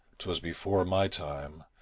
twas before my time,